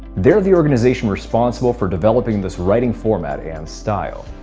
they're the organisation responsible for developing this writing format and style.